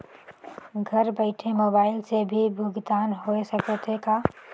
घर बइठे मोबाईल से भी भुगतान होय सकथे का?